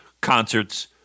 Concerts